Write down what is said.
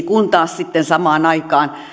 kun taas sitten samaan aikaan